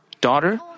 daughter